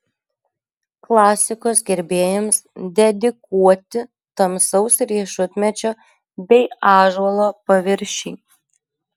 klasikos gerbėjams dedikuoti tamsaus riešutmedžio bei ąžuolo paviršiai